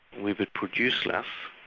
we would produce less,